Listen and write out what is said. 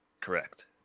Correct